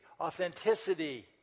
authenticity